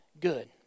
good